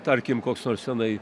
tarkim koks nors tenai